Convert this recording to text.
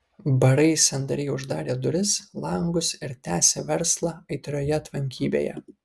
barai sandariai uždarė duris langus ir tęsė verslą aitrioje tvankybėje